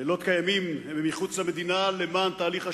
כימים מחוץ למדינה למען תהליך השלום.